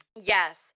Yes